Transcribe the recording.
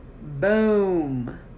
Boom